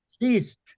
least